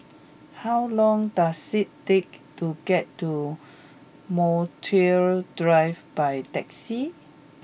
how long does it take to get to Montreal Drive by taxi